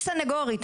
אני סנגורית,